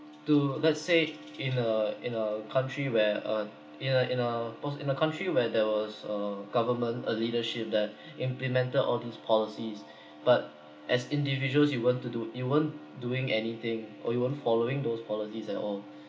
to let's say in a in a country where a in a in a post in a country where there was a government a leadership that implemented all these policies but as individuals you want to do you won't doing anything or you won't following those policies at all